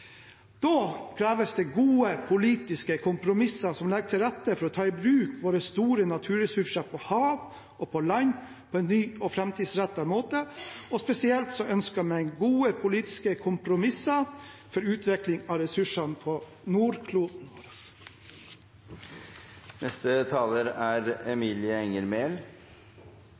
Da kreves det gode politiske kompromisser som legger til rette for å ta i bruk våre store naturressurser på hav og på land på en ny og framtidsrettet måte. Spesielt ønsker jeg meg gode politiske kompromisser for utvikling av ressursene på «nordkloden» vår. I dag markeres Verdensdagen for psykisk helse. Psykiske lidelser er